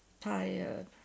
tired